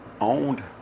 owned